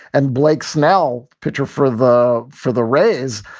and blake snell, pitcher for the for the rays,